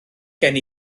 gen